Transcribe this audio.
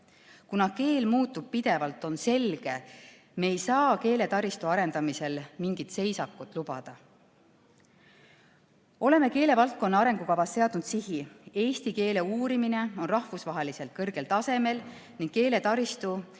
Kuna keel muutub pidevalt, on selge, et me ei saa keeletaristu arendamisel mingit seisakut lubada. Oleme keelevaldkonna arengukavas seadnud sihi: eesti keele uurimine on rahvusvaheliselt kõrgel tasemel ning keeletaristu